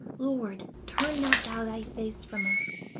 lord, turn not thou thy face from us,